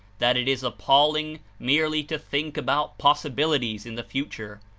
that it is appalling merely to think about possibilities in the future.